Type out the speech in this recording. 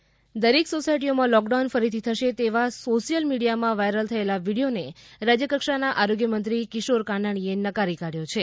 કિશોર કાનાણી દરેક સોસાયટીઓમાં લોકડાઉન ફરીથી થશે તેવા સોશિયલ મીડીયામાં વાયરલ થયેલા વિડીયોને રાજયકક્ષાના આરોગ્યમંત્રી કિશોર કાનાણીએ નકારી કાઢથો છે